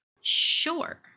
Sure